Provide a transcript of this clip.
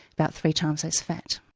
about three times less fat.